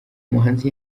umuhanzi